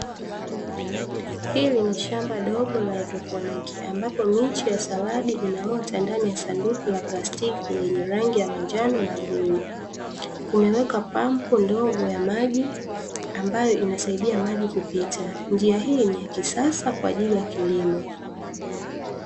Hili ni shamba dogo la haidroponi, ambapo miche ya saladi inaota ndani ya sanduku la plastiki lenye rangi ya manjano na bluu, kumewekwa pampu ndogo ya maji ambayo inasaidia maji kupita, njia hii ni ya kisasa kwa ajili ya kilimo,